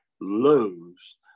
lose